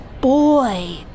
boy